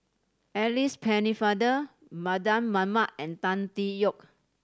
Alice Pennefather Mardan Mamat and Tan Tee Yoke